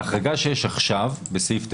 ההחרגה שיש עכשיו, בסעיף 9א'